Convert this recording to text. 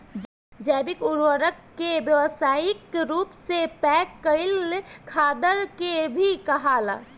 जैविक उर्वरक के व्यावसायिक रूप से पैक कईल खादर के भी कहाला